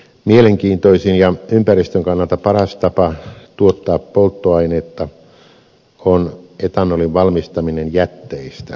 mielenkiintoisin ja ympäristön kannalta paras tapa tuottaa polttoainetta on etanolin valmistaminen jätteistä